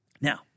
Now